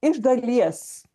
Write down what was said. iš dalies